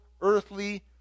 earthly